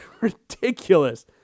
ridiculous